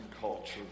culture